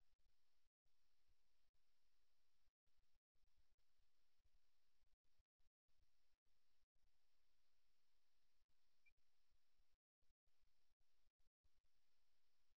சில நேரங்களில் நாம் கால்களைத் துடைப்பது என்று அழைக்கப்படும் fidgeting feet என்பது தளர்வான பாதங்களின் நிலைக்கு நேர்மாறானது மேலும் இந்த நிலையில் இருந்து விலகிச் செல்லவும் நிலைமையை விட்டுவிட்டு வெளியேறவும் ஒரு நபரின் அவசர அணுகுமுறையை அவை பரிந்துரைக்கின்றன